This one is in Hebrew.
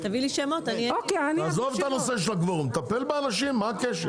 תביאי לי שמות, אני אבדוק.